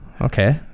Okay